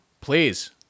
Please